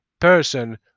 person